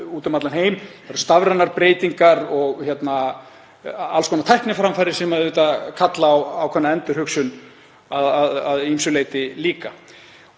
Það eru stafrænar breytingar og alls konar tækniframfarir sem kalla auðvitað á ákveðnar endurhugsun að ýmsu leyti líka.